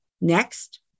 Next